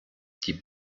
die